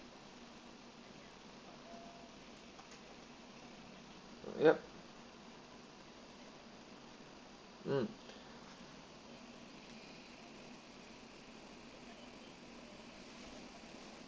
yup mm